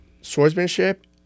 swordsmanship